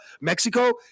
Mexico